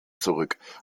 zurück